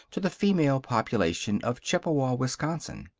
to the female population of chippewa, wisconsin.